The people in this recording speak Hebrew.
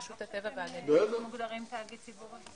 רשות הטבע והגנים מוגדרים תאגיד ציבורי.